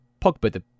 Pogba